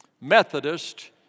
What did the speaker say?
Methodist